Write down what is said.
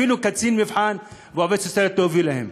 אפילו קצין מבחן ועובדת סוציאלית לא הביאו להם.